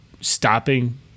stopping